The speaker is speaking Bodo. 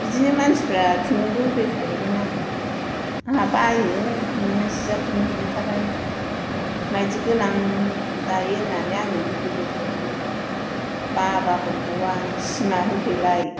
बिदिनो मानसिफ्रा खुन्दुंबो होफैखायोमोन आरो आंहा बायो नोंना जिया ख्रम ख्रमथारहाय माइदि गोनां दायो होननानै आंनो होफैबाय थायोमोन बाबाबो गवा सिमा होफैलाय